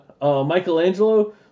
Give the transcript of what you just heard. Michelangelo